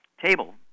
table